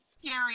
Scary